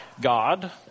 God